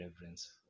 reverence